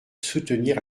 soutenir